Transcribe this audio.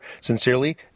Sincerely